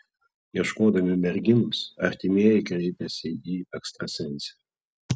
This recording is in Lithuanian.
ieškodami merginos artimieji kreipėsi į ekstrasensę